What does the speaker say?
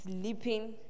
sleeping